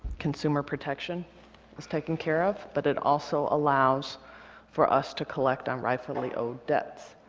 consumer protection is taken care of, but it also allows for us to collect on rightfully owed debts.